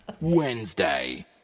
Wednesday